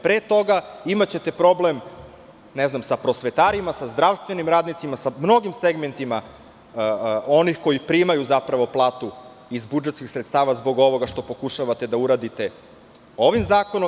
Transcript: Pre toga ćete imati problem sa prosvetarima, sa zdravstvenim radnicima, sa mnogim segmentima onih koji primaju platu iz budžetskih sredstava, zbog ovoga što pokušavate da uradite ovim zakonom.